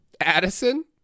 Addison